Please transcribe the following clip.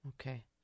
Okay